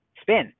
spin